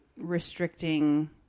restricting